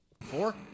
Four